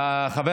חבר